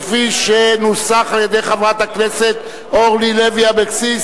כפי שנוסחה על-ידי חברת הכנסת אורלי לוי אבקסיס.